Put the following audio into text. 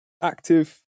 Active